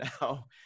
now